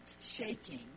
shaking